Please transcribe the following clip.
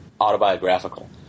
autobiographical